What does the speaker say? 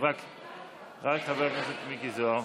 התש"ף 2002,